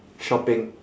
shopping